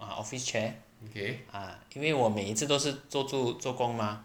my office chair ah 因为我每一次都是坐住做工嘛